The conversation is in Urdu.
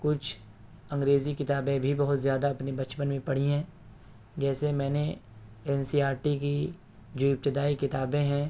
کچھ انگریزی کتابیں بھی بہت زیادہ اپنی بچپن میں پڑھی ہیں جیسے میں نے این سی آر ٹی کی جو ابتدائی کتابیں ہیں